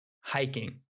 hiking